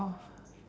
oh